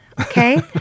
Okay